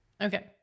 Okay